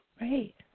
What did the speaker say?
Right